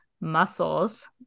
muscles